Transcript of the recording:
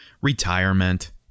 retirement